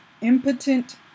impotent